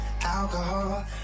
alcohol